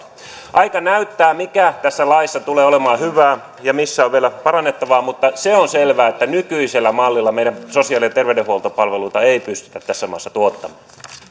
aika näyttää mikä tässä laissa tulee olemaan hyvää ja missä on vielä parannettavaa mutta se on selvää että nykyisellä mallilla meidän sosiaali ja terveydenhuoltopalveluita ei pystytä tässä maassa tuottamaan